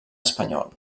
espanyol